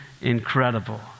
incredible